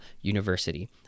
University